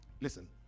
Listen